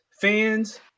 fans